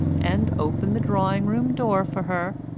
and opened the drawing-room door for her,